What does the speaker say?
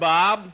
Bob